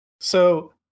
So-